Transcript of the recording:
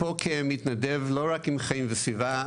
פה כמתנדב לא רק עם חיים וסביבה,